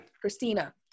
christina